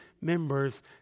members